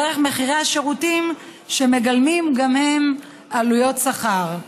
דרך מחירי השירותים שמגלמים גם הם עלויות שכר.